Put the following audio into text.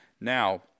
Now